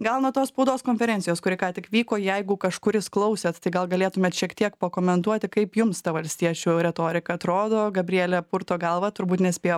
gal nuo tos spaudos konferencijos kuri ką tik vyko jeigu kažkuris klausėt tai gal galėtumėt šiek tiek pakomentuoti kaip jums ta valstiečių retorika atrodo gabrielė purto galvą turbūt nespėjo